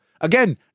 again